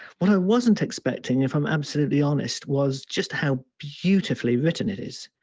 what i wasn't expecting, if i'm absolutely honest was just how beautifully written it is.